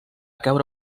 caure